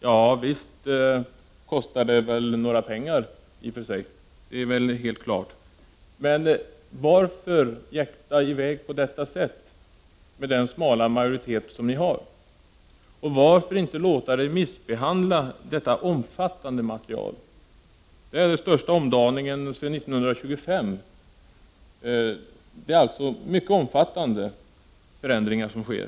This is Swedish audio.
Ja, helt klart kostar det pengar, men varför jäkta i väg på detta sätt med den smala majoritet som ni har? Varför inte låta remissbehandla detta omfattande material? Det rör sig ju om den största omdaningen sedan år 1925. Det är alltså stora förändringar som sker.